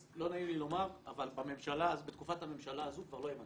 אז לא נעים לי לומר אבל בתקופת הממשלה הזו כבר לא יהיה מנכ"ל.